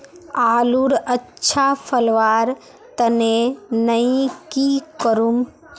आलूर अच्छा फलवार तने नई की करूम?